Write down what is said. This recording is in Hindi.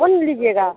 कौन लीजिएगा